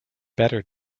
better